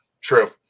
True